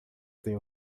tem